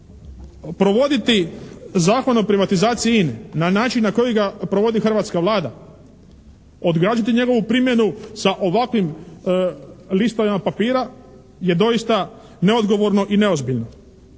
provoditi Zakon o privatizaciji INA-e na način na koji ga provodi hrvatska Vlada, odgađati njihovu primjenu sa ovakvim listovima papira je doista neodgovorno i neozbiljno.